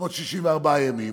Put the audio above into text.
364 ימים